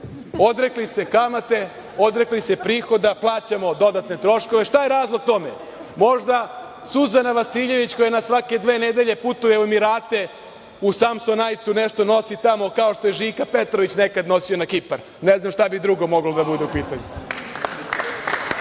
Odrekli se kamate, odrekli se prihoda, plaćamo dodatne troškove. Šta je razlog tome? Možda Suzana Vasiljević koja na svake dve nedelje putuje u Emirate, u Samsonajtu nešto nosi tamo, kao što je Žika Petrović nekad nosio na Kipar. Ne znam šta bi drugo moglo da bude u pitanju. Pričate